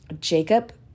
Jacob